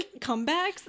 comebacks